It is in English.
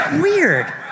Weird